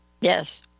Yes